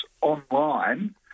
online